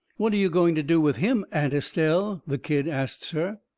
what are you going to do with him, aunt estelle? the kid asts her.